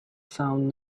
found